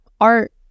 art